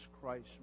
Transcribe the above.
Christ